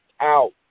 out